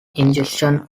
ingestion